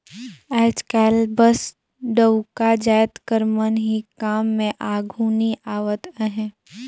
आएज काएल बस डउका जाएत कर मन ही काम में आघु नी आवत अहें